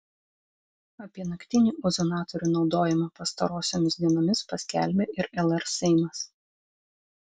apie naktinį ozonatorių naudojimą pastarosiomis dienomis paskelbė ir lr seimas